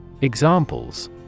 Examples